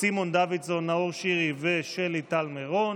סימון דוידסון, נאור שירי ושלי טל מירון,